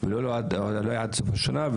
לא עד סוף השנה,